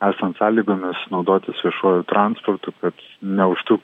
esant sąlygomis naudotis viešuoju transportu kad neužtru